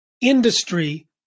industry